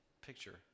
picture